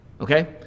okay